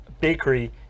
bakery